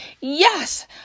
yes